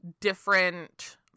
different